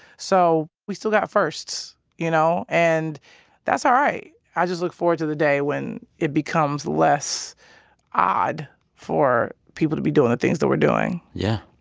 so we still got firsts, you know? and that's all right. i just look forward to the day when it becomes less odd for people to be doing things that we're doing yeah,